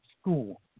school